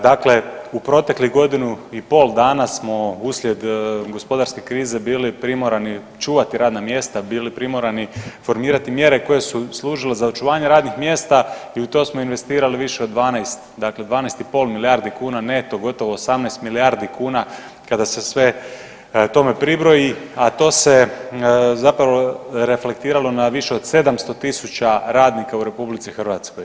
Dakle, u proteklih godinu i pol dana smo uslijed gospodarske krize bili primorani čuvati radna mjesta, bili primorani formirati mjere koje su služile za očuvanje radnih mjesta i u to smo investirali više od 12 dakle 12 i pol milijardi kuna neto, gotovo 18 milijardi kuna kada se sve tome pribroji, a to se zapravo reflektiralo na više od 700 tisuća radnika u Republici Hrvatskoj.